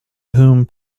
whom